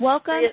Welcome